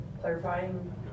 clarifying